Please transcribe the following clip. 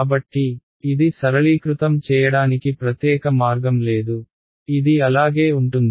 కాబట్టి ఇది సరళీకృతం చేయడానికి ప్రత్యేక మార్గం లేదు ఇది అలాగే ఉంటుంది